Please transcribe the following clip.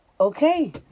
Okay